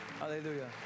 Hallelujah